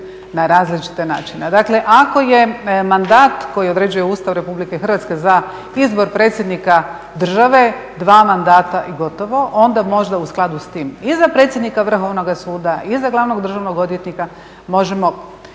na različite načine. Dakle, ako je mandat koji određuje Ustav RH za izbor predsjednika države dva mandata i gotovo, onda možda u skladu s tim i za predsjednika Vrhovnoga suda i za glavnog državnog odvjetnika možemo,